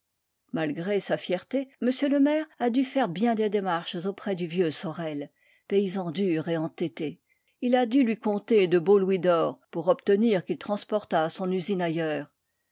malgré sa fierté m le maire a dû faire bien des démarches auprès du vieux sorel paysan dur et entêté il a dû lui compter de beaux louis d'or pour obtenir qu'il transportât son usine ailleurs